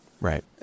Right